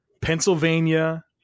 Pennsylvania